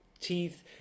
teeth